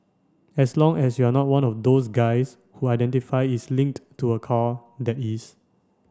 as long as you're not one of those guys who identify is linked to a car that is